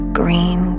green